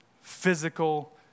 physical